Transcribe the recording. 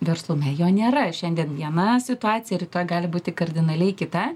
verslume jo nėra šiandien viena situacija rytoj gali būti kardinaliai kita